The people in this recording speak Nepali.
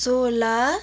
सोह्र